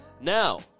Now